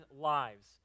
lives